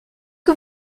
que